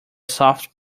soft